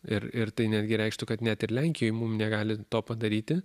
ir ir tai netgi reikštų kad net ir lenkijoj mum negali to padaryti